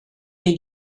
les